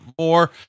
more